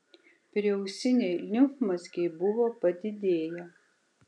prieausiniai limfmazgiai buvo padidėję